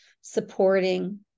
supporting